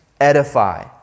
edify